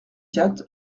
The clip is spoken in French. quatre